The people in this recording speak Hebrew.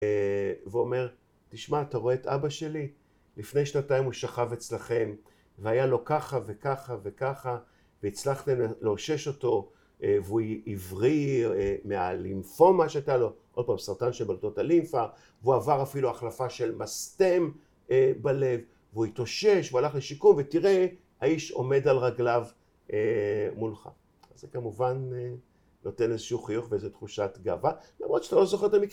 ‫ואומר, תשמע, אתה רואה את אבא שלי? ‫לפני שנתיים הוא שכב אצלכם ‫והיה לו ככה וככה וככה, ‫והצלחתם לאושש אותו ‫והוא הבריא מהלימפומה שהייתה לו, ‫עוד פעם, סרטן של בלוטות הלימפה, ‫והוא עבר אפילו החלפה ‫של מסתם בלב, ‫והוא התאושש, הוא הלך לשיקום, ‫ותראה, האיש עומד על רגליו מולך. ‫זה כמובן נותן איזשהו חיוך ‫ואיזו תחושת גאווה, ‫למרות שאתה לא זוכר את המקרה